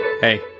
Hey